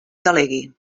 delegui